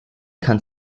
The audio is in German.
kann